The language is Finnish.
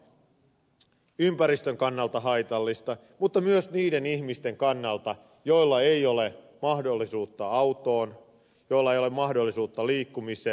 tämä on ympäristön kannalta haitallista mutta myös niiden ihmisten kannalta joilla ei ole mahdollisuutta autoon joilla ei ole mahdollisuutta liikkumiseen